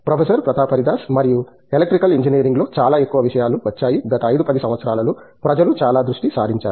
professor Pratap Haridas మరియు electrical ఇంజనీరింగ్లో చాలా ఎక్కువ విషయాలు వచ్చాయి గత 5 10 సంవత్సరాలలో ప్రజలు చాలా దృష్టి సారించారు